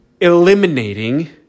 eliminating